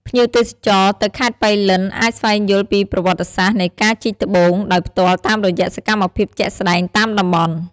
ភ្ញៀវទេសចរទៅខេត្តប៉ៃលិនអាចស្វែងយល់ពីប្រវត្តិសាស្រ្តនៃការជីកត្បូង ដោយផ្ទាល់តាមរយៈសម្មភាពជាក់ស្តែងតាមតំបន់។